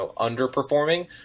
underperforming